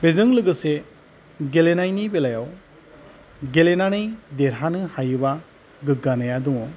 बेजों लोगोसे गेलेनायनि बेलायाव गेलेनानै देरहानो हायोब्ला गोग्गानाया दङ